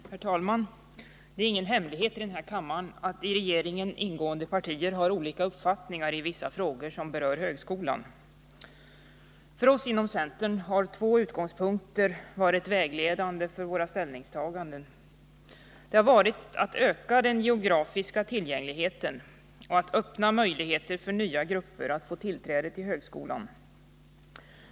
Herr talman! Det är ingen hemlighet här i kammaren att de i regeringen ingående partierna har olika uppfattningar i vissa frågor som rör högskolan. För oss inom centern har två utgångspunkter varit vägledande för ställningstagandena. Vi har haft målsättningen att öka den geografiska tillgängligheten och att öka möjligheter för nya grupper att få tillträde till högskolan.